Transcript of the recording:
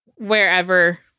Wherever